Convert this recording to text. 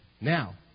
Now